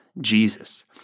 Jesus